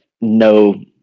no